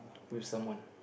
with someone